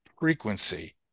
frequency